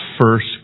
first